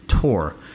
tour